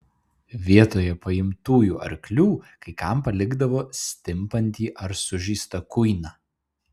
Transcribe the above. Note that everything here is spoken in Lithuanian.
vietoje paimtųjų arklių kai kam palikdavo stimpantį ar sužeistą kuiną